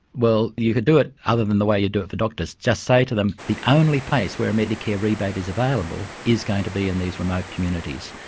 well, you could do it other than the way you do it for doctors. just say to them the only place where a medicare rebate is available is going to be in these remote communities,